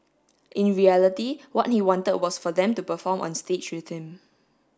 in reality what he wanted was for them to perform on stage with him